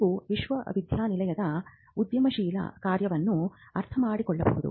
ನಾವು ವಿಶ್ವವಿದ್ಯಾನಿಲಯದ ಉದ್ಯಮಶೀಲ ಕಾರ್ಯವನ್ನು ಅರ್ಥಮಾಡಿಕೊಳ್ಳಬಹುದು